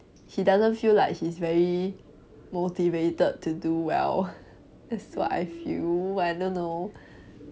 he doesn't feel like he's very motivated to do well that's what I feel I don't know